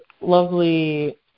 lovely